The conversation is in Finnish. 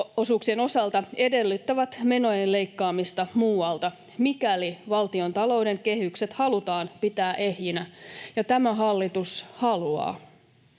valtionosuuksien osalta edellyttävät menojen leikkaamista muualta, mikäli valtiontalouden kehykset halutaan pitää ehjinä, ja tämä hallitus haluaa.